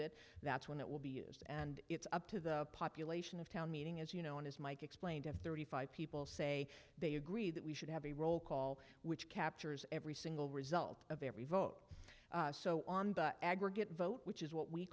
it that's when it will be used and it's up to the population of town meeting as you know and as mike explained of thirty five people say they agree that we should have a roll call which captures every single result of every vote so on but aggregate vote which is what we